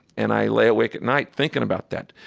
and i lay awake at night thinking about that.